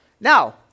Now